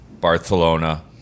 Barcelona